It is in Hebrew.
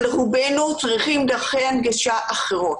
אבל רובנו צריכים דרכי הנגשה אחרות.